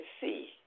see